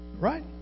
Right